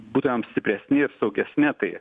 būtumėm stipresni ir saugesni tai